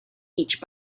each